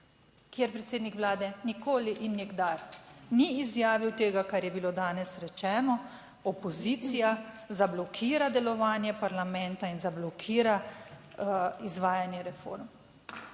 kjer predsednik Vlade nikoli in nikdar ni izjavil tega, kar je bilo danes rečeno, opozicija zablokira delovanje parlamenta in zablokira izvajanje reform.